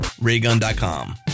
RayGun.com